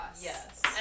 Yes